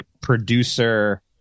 producer